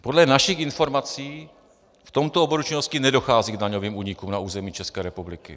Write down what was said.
Podle našich informací v tomto oboru činnosti nedochází k daňovým únikům na území České republiky.